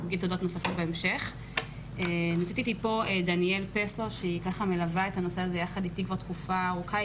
נמצאת אתי פה דניאל פסו שמלווה את הנושא הזה אתי כבר תקופה ארוכה,